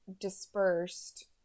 dispersed